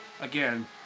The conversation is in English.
Again